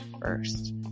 first